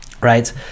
right